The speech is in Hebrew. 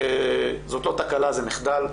זאת לא תקלה, זה מחדל.